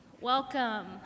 welcome